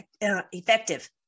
effective